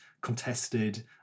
contested